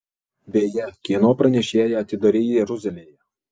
beje kieno pranešėją atidarei jeruzalėje